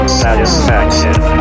satisfaction